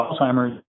Alzheimer's